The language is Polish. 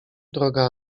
droga